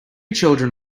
children